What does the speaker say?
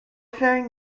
faring